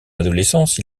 adolescence